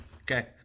Okay